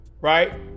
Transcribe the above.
right